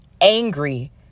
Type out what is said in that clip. angry